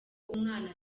umwana